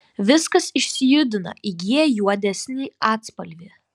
viskas išsijudina įgyja juodesnį atspalvį